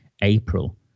April